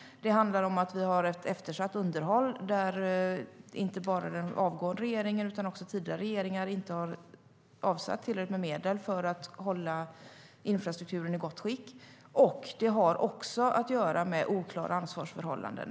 Vi har ett eftersatt underhåll, då den avgående regeringen och även tidigare regeringar inte avsatt tillräckliga medel för att hålla infrastrukturen i gott skick. Problemen har också att göra med oklara ansvarsförhållanden.